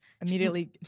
immediately